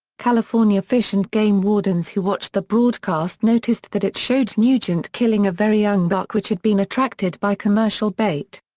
california fish and game wardens who watched the broadcast noticed that it showed nugent killing a very young buck which had been attracted by commercial bait.